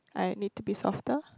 I need to be softer